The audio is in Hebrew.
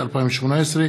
ברשות יושב-ראש הישיבה,